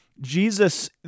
Jesus